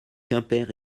quimper